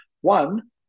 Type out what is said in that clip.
One